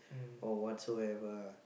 or whatsoever ah